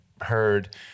heard